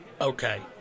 Okay